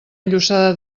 llossada